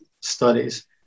studies